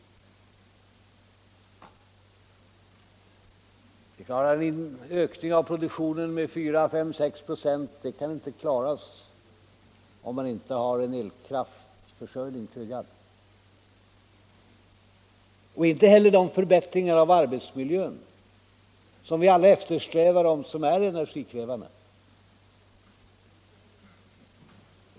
En ökning av produktionen med 4, 5 eller 6 96 kan inte klaras om vi inte har en tryggad elkraftförsörjning — och inte heller de förbättringar av arbetsmiljön som vi alla eftersträvar men som är energikrävande.